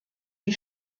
die